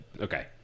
Okay